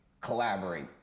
collaborate